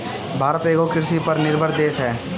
भारत एगो कृषि पर निर्भर देश ह